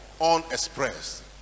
unexpressed